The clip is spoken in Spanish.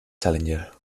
challenger